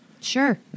sure